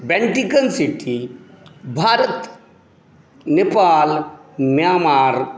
Vatican City Bharat Nepal Myanmar